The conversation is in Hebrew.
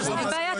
אין בעיה.